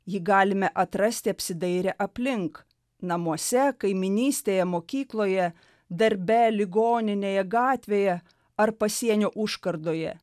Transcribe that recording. jį galime atrasti apsidairę aplink namuose kaimynystėje mokykloje darbe ligoninėje gatvėje ar pasienio užkardoje